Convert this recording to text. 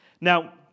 Now